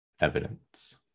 evidence